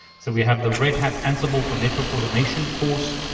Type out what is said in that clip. so we have the red hat ansible for network automation course,